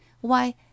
Why